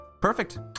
perfect